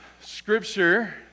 Scripture